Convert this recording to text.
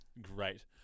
Great